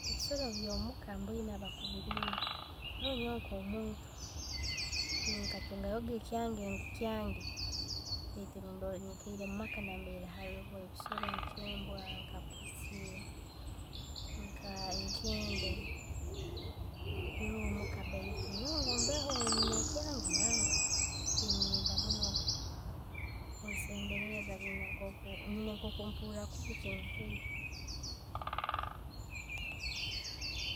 Ebissoro byomuka mboine abakubiilinda kandi nyoowe nko muntu tinkatungayo ekyange ngu kyange baitu nikaire omumaka nambere abaire ebisooro kembwa, kapuusi, nka ekende, birooho muka baitu nyoowe mbeho nekyange, nangwa. Tinyenda munno kunsembelera, biino nkoku niino nke mpuura kubi kindi hahi.